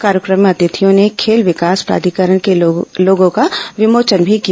कार्यक्रम में अतिथियों ने खेल विकास प्राधिकरण के लोगो का विमोचन मी किया